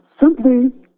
simply